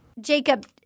Jacob